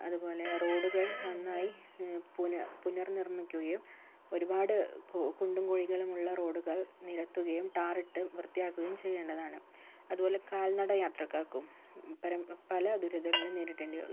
അതുപോലെ റോഡുകൾ നാന്നായി പുന പുനർനിർമ്മിക്കുകയും ഒരുപാട് കുണ്ടും കുഴികളും ഉള്ള റോഡുകൾ നിരത്തുകയും ടാറിട്ട് വൃത്തിയാക്കുകയും ചെയ്യേണ്ടതാണ് അതുപോലെ കാൽനടയാത്രക്കാർക്കും പര പല ദുരിതങ്ങളും നേരിടേണ്ടി വരുന്നു